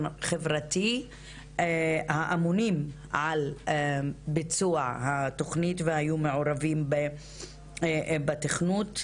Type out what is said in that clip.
חברתי האמונים על ביצוע התוכנית והיו מעורבים בתכנון.